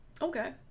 okay